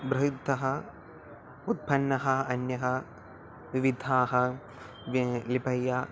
बृहद् उत्पन्नः अन्यः विविधाः लिपयः